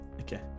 Okay